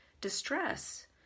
distress